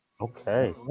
Okay